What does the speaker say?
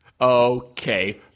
Okay